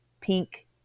pink